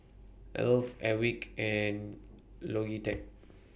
Alf Airwick and Logitech